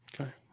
Okay